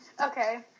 Okay